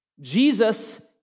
Jesus